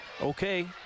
okay